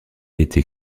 été